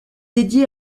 dédiée